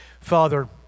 Father